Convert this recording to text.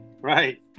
Right